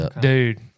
Dude